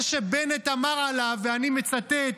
זה שבנט אמר עליו ואני מצטט: